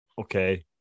Okay